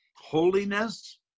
holiness